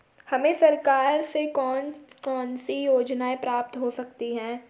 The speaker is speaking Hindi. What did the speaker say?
हमें सरकार से कौन कौनसी योजनाएँ प्राप्त हो सकती हैं?